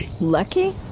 Lucky